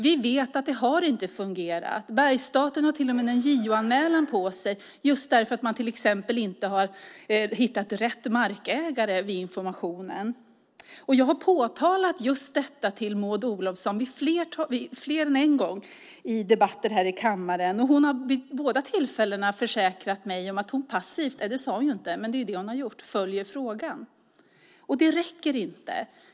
Vi vet att det inte har fungerat. Bergsstaten har till och med en JO-anmälan på sig därför att man till exempel inte har hittat rätt markägare vid informationen. Jag har påtalat just detta för Maud Olofsson fler än en gång i debatter här i kammaren. Hon har vid båda tillfällena försäkrat mig om att hon passivt - ja, det sade hon inte, men det är det hon har gjort - följer frågan. Det räcker inte.